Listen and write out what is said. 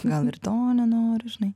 gal ir to nenoriu žinai